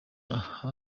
aha